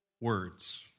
words